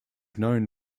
known